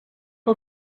que